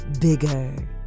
bigger